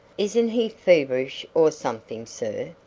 isn't he feverish or something, sir?